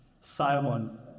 Simon